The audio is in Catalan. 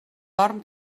dorm